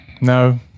No